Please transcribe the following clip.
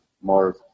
more